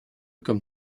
comme